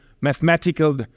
mathematical